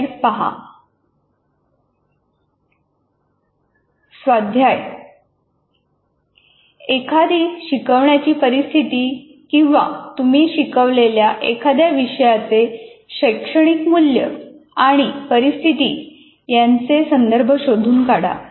स्वाध्याय एखादी शिकवण्याची परिस्थिती किंवा तुम्ही शिकवलेल्या एखाद्या विषयाचे शैक्षणिक मूल्य आणि परिस्थिती यांचे संदर्भ शोधून काढा